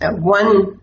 one